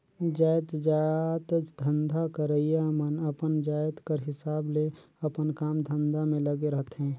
जाएतजात धंधा करइया मन अपन जाएत कर हिसाब ले अपन काम धंधा में लगे रहथें